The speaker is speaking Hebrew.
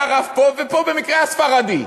היה רב פה, ובמקרה הוא היה ספרדי.